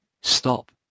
stop